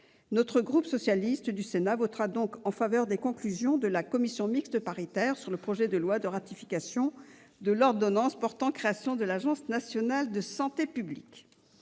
et républicain du Sénat votera donc en faveur de l'adoption des conclusions de la commission mixte paritaire sur le projet de loi de ratification de l'ordonnance portant création de l'Agence nationale de santé publique.